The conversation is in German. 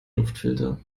luftfilter